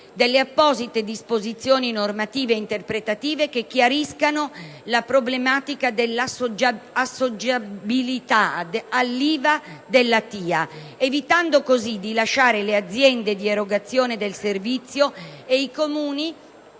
brevi apposite disposizioni normative interpretative che chiariscano la problematica dell'assoggettabilità all'IVA della TIA, evitando così di lasciare le aziende di erogazione del servizio e i Comuni